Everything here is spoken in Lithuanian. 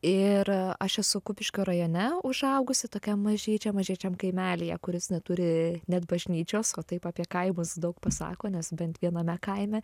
ir aš esu kupiškio rajone užaugusi tokiam mažyčiam mažyčiam kaimelyje kuris neturi net bažnyčios o taip apie kaimus daug pasako nes bent viename kaime